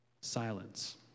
Silence